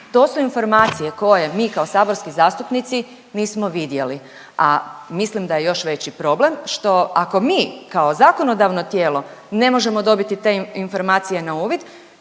To su informacije koje mi kao saborski zastupnici nismo vidjeli. A mislim da je još veći problem što ako mi kao zakonodavno tijelo ne možemo dobiti te informacije na uvid